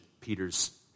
Peter's